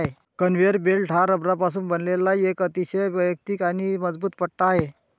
conveyor belt हा रबरापासून बनवलेला एक अतिशय वैयक्तिक आणि मजबूत पट्टा आहे